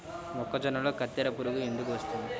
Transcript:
మొక్కజొన్నలో కత్తెర పురుగు ఎందుకు వస్తుంది?